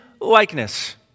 likeness